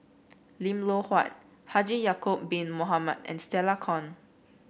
Lim Loh Huat Haji Ya'acob Bin Mohamed and Stella Kon